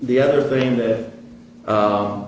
the other thing that